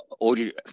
Audio